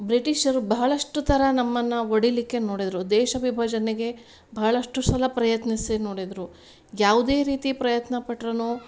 ಬ್ರಿಟಿಷರು ಬಹಳಷ್ಟು ಥರ ನಮ್ಮನ್ನ ಒಡಿಲಿಕ್ಕೆ ನೋಡಿದರು ದೇಶ ವಿಭಜನೆಗೆ ಭಾಳಷ್ಟು ಸಲ ಪ್ರಯತ್ನಿಸಿ ನೋಡಿದರು ಯಾವುದೇ ರೀತಿ ಪ್ರಯತ್ನ ಪಟ್ಟರೂನು